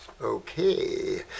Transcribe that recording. Okay